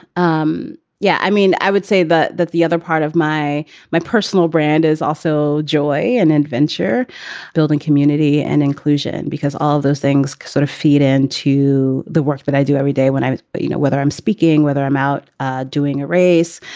um yeah, i mean, i would say that that the other part of my my personal brand is also joy and adventure building community and inclusion, because all of those things sort of feed in to the work that i do every day when i but you know, whether i'm speaking, whether i'm out doing a race,